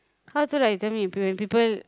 how to like you tell me when people